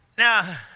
Now